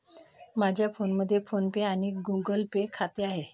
माझ्या फोनमध्ये PhonePe आणि गुगल पे खाते आहे